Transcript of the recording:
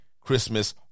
Christmas-